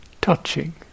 touching